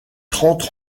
trente